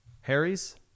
Harry's